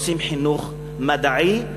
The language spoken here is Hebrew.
רוצים חינוך מדעי,